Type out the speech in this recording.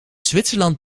zwitserland